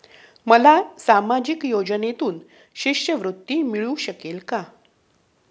मला सामाजिक योजनेतून शिष्यवृत्ती मिळू शकेल का?